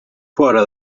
fora